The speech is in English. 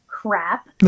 crap